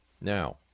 Now